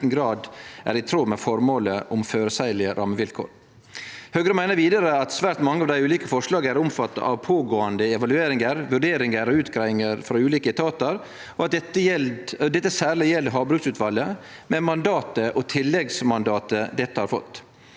liten grad er i tråd med formålet om føreseielege rammevilkår. Høgre meiner vidare at svært mange av dei ulike forslaga er omfatta av pågåande evalueringar, vurderingar og utgreiingar frå ulike etatar, og at dette særleg gjeld havbruksutvalet, med mandatet og tilleggsmandatet dette har fått.